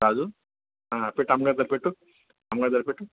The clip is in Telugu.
రాజు ఆ పెట్టు అమ్మగారి దగ్గర పెట్టు అమ్మగారి దగ్గర పెట్టు